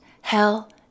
hell